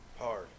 Hard